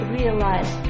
realize